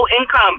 income